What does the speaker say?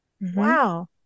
Wow